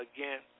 Again